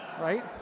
right